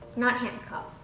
not handcuffed.